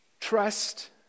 trust